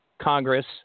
Congress